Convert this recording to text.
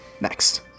next